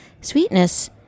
sweetness